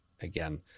again